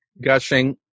gushing